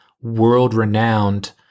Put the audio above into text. world-renowned